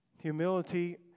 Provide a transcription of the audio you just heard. Humility